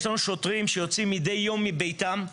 יש לנו שוטרים שיוצאים מדי יום מביתם,